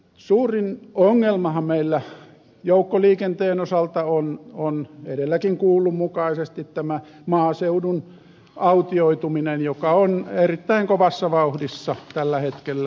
suurin ongelmahan meillä joukkoliikenteen osalta on edelläkin kuullun mukaisesti tämä maaseudun autioituminen joka on erittäin kovassa vauhdissa tällä hetkellä